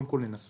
קודם כול, לנסות